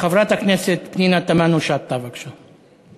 חברת הכנסת פנינה תמנו-שטה, בבקשה.